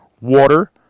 Water